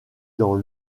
dans